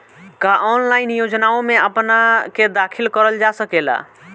का ऑनलाइन योजनाओ में अपना के दाखिल करल जा सकेला?